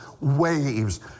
waves